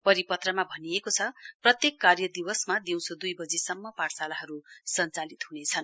परिपत्रमा भनिएको छ प्रत्येक कार्य दिवसमा दिउँसो दुई बजीसम्म पाठशालाहरु सञ्चालित हुनेछन्